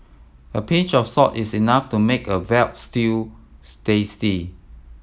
a pinch of salt is enough to make a veal stew tasty